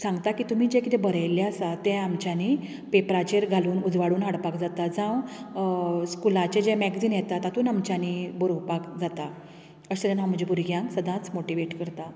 सांगतां की तुमी जे कितें बरयिल्ले आसा तें आमच्यांनी पेपराचेर घालून उजवाडून हाडपाक जाता जावं स्कुलाचें जे मॅगजीन येता तातूंत आमी बरोवपाक जाता अशें हांव म्हज्या भूरग्यांक सदांच मोटीवेट करतां